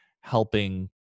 helping